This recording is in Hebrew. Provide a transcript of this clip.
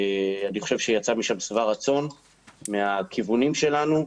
אני חושב שיצא שבע רצון מהכיוונים שלנו.